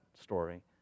story